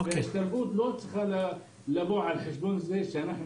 ההשתלבות לא צריכה לבוא על חשבון זה שאנחנו